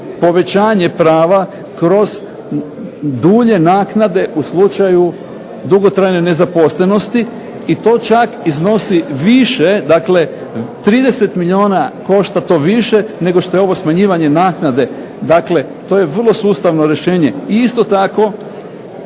povećanje prava kroz dulje naknade u slučaju dugotrajne nezaposlenosti i to čak iznosi više dakle, 30 milijuna košta to više nego što je ovo smanjivanje naknade dakle, to je vrlo sustavno rješenje. Isto tako